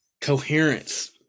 coherence